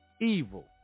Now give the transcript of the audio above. Evil